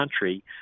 country